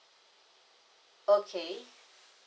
okay